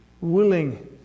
Willing